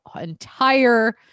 entire